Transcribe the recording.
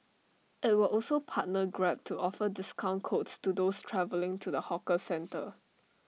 IT will also partner grab to offer discount codes to those travelling to the hawker centre